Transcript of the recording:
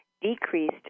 decreased